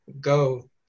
Go